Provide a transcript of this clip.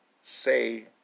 say